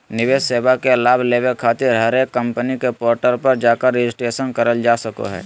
निवेश सेवा के लाभ लेबे खातिर हरेक कम्पनी के पोर्टल पर जाकर रजिस्ट्रेशन करल जा सको हय